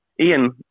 Ian